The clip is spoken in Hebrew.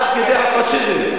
חבר הכנסת רותם.